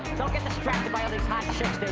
don't get distracted by others' hot chicks. they're